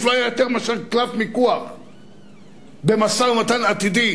לא היתה יותר מקלף מיקוח במשא-ומתן עתידי